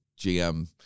GM